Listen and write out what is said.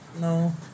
no